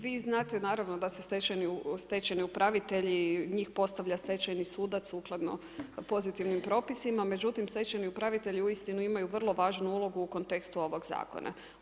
Vi znate naravno da se stečajni upravitelji, njih postavlja stečajni sudac, sukladno pozitivnim propisima, međutim, stečajni upravitelji uistinu imaju vrlo važnu ulogu u kontekstu ovog zakona.